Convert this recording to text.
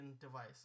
device